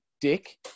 dick